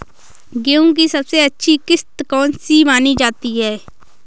गेहूँ की सबसे अच्छी किश्त कौन सी मानी जाती है?